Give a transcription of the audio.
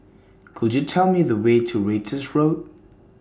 Could YOU Tell Me The Way to Ratus Road